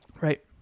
Right